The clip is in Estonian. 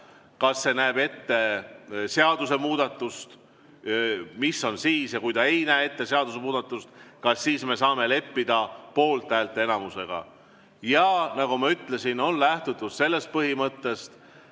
Kas see näeb ette seadusemuudatust? Mis on siis, kui ta ei näe ette seadusemuudatust – kas siis saame leppida poolthäälte enamusega? Nagu ma ütlesin, on lähtutud sellest põhimõttest